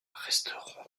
resteront